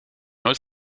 nooit